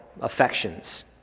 affections